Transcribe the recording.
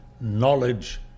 knowledge